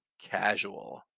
casual